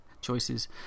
choices